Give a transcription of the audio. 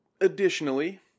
additionally